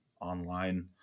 online